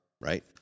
right